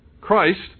Christ